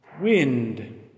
Wind